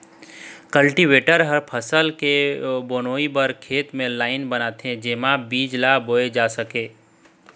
cultivator ह फसल के बोवई बर खेत म लाईन बनाथे जेमा बीज ल बोए जा सकत हे